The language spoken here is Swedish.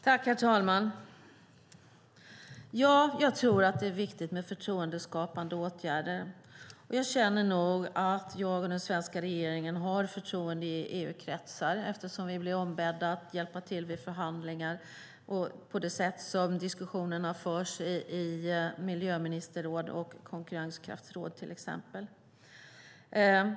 Herr talman! Ja, jag tror att det är viktigt med förtroendeskapande åtgärder. Jag känner nog också att jag och den svenska regeringen har förtroende i EU-kretsar, eftersom vi blir ombedda att hjälpa till vid förhandlingar och eftersom diskussionerna förs på det sätt de förs i miljöministerråd och konkurrenskraftsråd, till exempel.